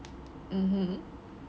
mmhmm